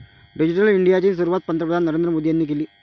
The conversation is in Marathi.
डिजिटल इंडियाची सुरुवात पंतप्रधान नरेंद्र मोदी यांनी केली